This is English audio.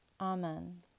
Amen